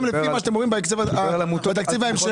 גם לפי מה שאתם אומרים בתקציב ההמשכי,